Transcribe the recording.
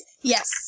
Yes